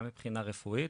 גם מבחינה רפואית,